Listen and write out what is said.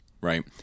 right